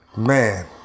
Man